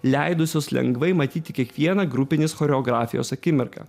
leidusius lengvai matyti kiekvieną grupinės choreografijos akimirką